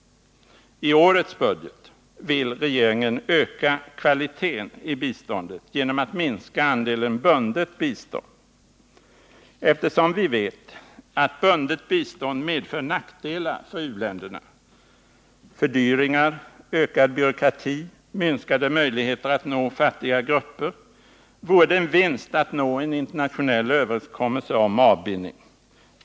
I årets budget vill regeringen öka kvaliteten på biståndet genom att minska andelen bundet bistånd. Eftersom vi vet att bundet bistånd medför nackdelar för u-länderna, i form av fördyringar, ökad byråkrati och minskade möjligheter att nå fattiga grupper, vore det en vinst att nå en internationell överenskommelse om avbindning.